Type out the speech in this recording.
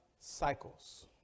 cycles